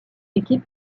équipe